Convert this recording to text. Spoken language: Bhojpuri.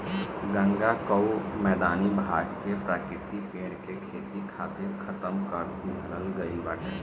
गंगा कअ मैदानी भाग के प्राकृतिक पेड़ के खेती खातिर खतम कर दिहल गईल बाटे